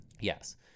Yes